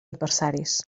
adversaris